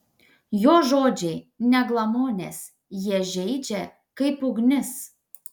jo žodžiai ne glamonės jie žeidžia kaip ugnis